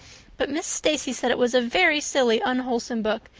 but miss stacy said it was a very silly, unwholesome book,